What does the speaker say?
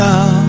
Now